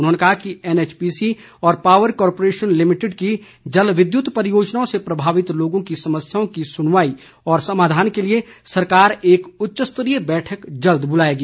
उन्होंने कहा कि एनएचपीसी और पावर कॉर्पोरेशन लिमिटेड की जलविद्युत परियोजनाओं से प्रभावित लोगों की समस्याओं की सुनवाई और समाधान के लिए सरकार एक उच्चस्तरीय बैठक जल्द बुलाएगी